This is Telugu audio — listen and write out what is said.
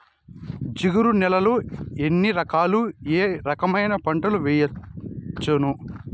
జిగురు నేలలు ఎన్ని రకాలు ఏ రకమైన పంటలు వేయవచ్చును?